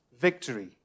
victory